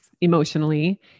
emotionally